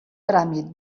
tràmit